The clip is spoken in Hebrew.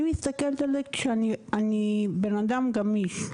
אני מסתכלת על זה שאני בן אדם גמיש.